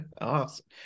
Awesome